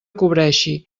cobreixi